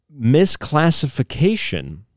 misclassification